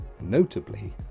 notably